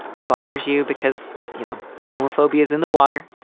it bothers you because, you know, homophobia is in the water.